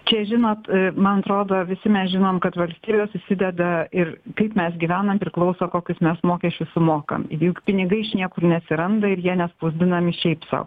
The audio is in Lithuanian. čia žinot man atrodo visi mes žinom kad valstybė susideda ir kaip mes gyvenam priklauso kokius mes mokesčius sumokam juk pinigai iš niekur neatsiranda ir jie nespausdinami šiaip sau